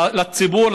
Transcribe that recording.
לציבור,